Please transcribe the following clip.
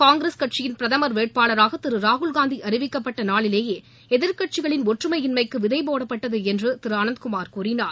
காங்கிரஸ் கட்சியின் பிரதம் வேட்பாளராக திரு ராகுல்காந்தி அறிவிக்கப்பட்ட நாளிலேயே எதிர்க்கட்சிகளின் ஒற்றுமையின்மைக்கு விதைபோடப்பட்டது என்று திரு அனந்த்குமார் கூறினார்